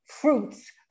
fruits